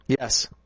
Yes